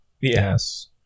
yes